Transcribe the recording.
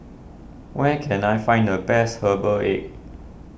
where can I find the best Herbal Egg